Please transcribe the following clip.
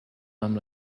amb